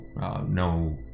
no